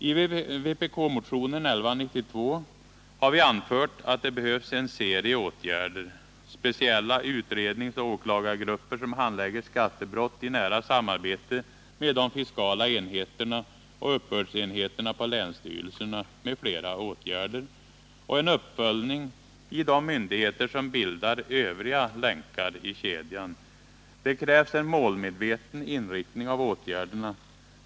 I vpk-motionen 1192 har vi anfört att det behövs en serie åtgärder: speciella utredningsoch åklagargrupper som handlägger skattebrott i nära samarbete med de fiskala enheterna och uppbördsenheterna på länsstyrelserna m.fl. åtgärder och en uppföljning i de myndigheter som bildar övriga länkar i kedjan. Det krävs en målmedveten inriktning av åtgärderna.